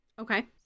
Okay